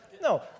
No